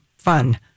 Fun